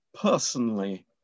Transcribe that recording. personally